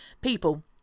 people